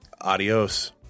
Adios